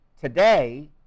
Today